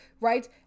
right